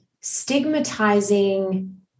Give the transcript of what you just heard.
stigmatizing